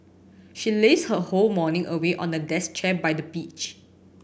she lazed her whole morning away on the desk chair by the beach